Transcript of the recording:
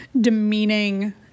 demeaning